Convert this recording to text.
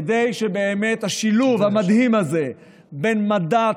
כדי שבאמת השילוב המדהים הזה בין מדע,